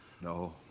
No